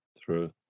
True